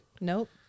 Nope